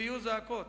ויהיו זעקות,